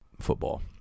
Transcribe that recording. Football